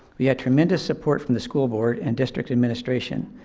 we had tremendous support from the school board and district administration.